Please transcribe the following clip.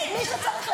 מי שצריך,